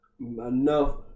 Enough